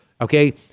okay